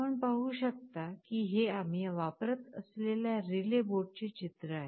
आपण पाहू शकता की हे आम्ही वापरत असलेल्या रिले बोर्डचे चित्र आहे